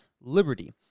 liberty